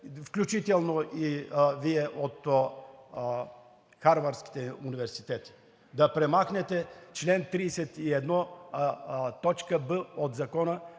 включително Вие от харвардските университети – да премахнете чл. 31б от Закона